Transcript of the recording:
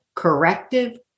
corrective